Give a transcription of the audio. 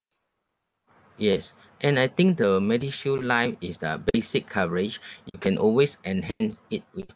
yes and I think the medishield life is the basic coverage you can always enhance it with